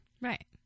right